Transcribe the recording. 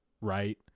right